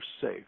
safe